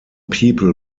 people